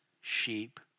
sheep